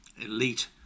elite